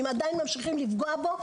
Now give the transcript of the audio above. אם עדיין ממשיכים לפגוע בו,